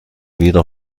wieder